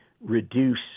reduce